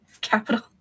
capital